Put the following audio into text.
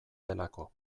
delako